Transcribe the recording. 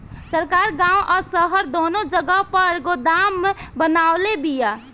सरकार गांव आ शहर दूनो जगह पर गोदाम बनवले बिया